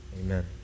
amen